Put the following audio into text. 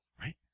right